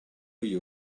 you